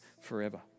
forever